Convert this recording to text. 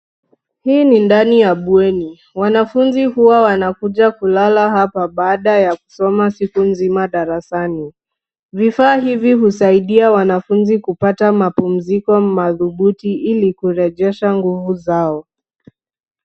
Hii ni ndani ya bweni, wanafunzi huwa wanakuja kulala hapa baada ya kusoma siku nzima darasani. Vifaa hivi husaidia wanafunzi kupata mapumziko madhubuti ili kurejesha nguvu zao.